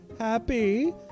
happy